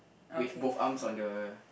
with both arms on the